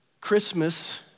Christmas